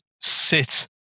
sit